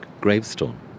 gravestone